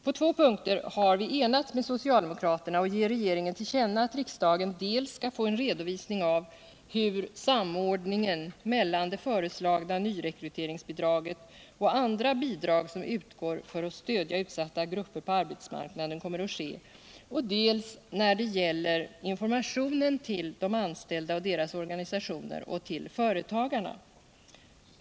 På två punkter har vi enats med socialdemokraterna och vill ge regeringen till känna att regeringen skall få en redovisning av hur samordningen mellan det föreslagna nyrekryteringsbidraget och andra bidrag som utgår för att stödja utsatta yrkesgrupper på arbetsmarknaden kommer att ske och att regeringen särskilt skall beakta informationen till de anställda och deras organisationer samt till företagarna.